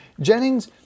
Jennings